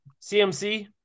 cmc